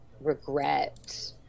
regret